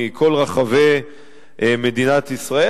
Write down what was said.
מכל רחבי מדינת ישראל.